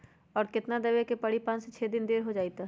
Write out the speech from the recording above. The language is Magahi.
और केतना देब के परी पाँच से छे दिन देर हो जाई त?